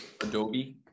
Adobe